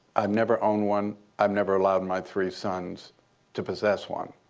i've never owned one. i've never allowed my three sons to possess one.